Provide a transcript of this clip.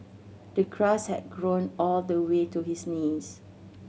the grass had grown all the way to his knees